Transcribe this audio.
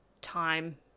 time